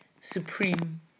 supreme